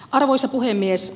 arvoisa puhemies